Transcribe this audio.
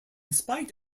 spite